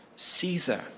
Caesar